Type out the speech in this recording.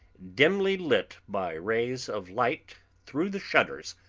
dimly lit by rays of light through the shutters,